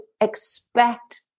expect